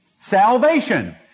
salvation